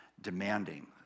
demanding